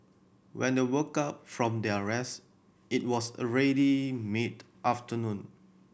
when they woke up from their rest it was already mid afternoon